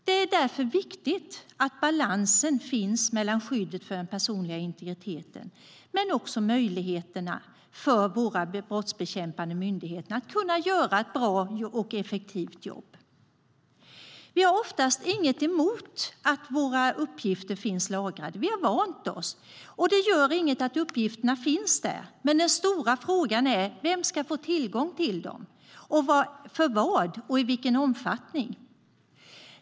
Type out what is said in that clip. Det är därför viktigt att balansen finns mellan skyddet för den personliga integriteten och möjligheterna för våra brottsbekämpande myndigheter att göra ett bra och effektivt jobb. Vi har oftast inget emot att våra uppgifter finns lagrade. Vi har vant oss, och det gör inget att uppgifterna finns där. Men den stora frågan är vem som ska få tillgång till dem, för vad och i vilken omfattning.